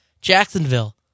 Jacksonville